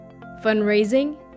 Fundraising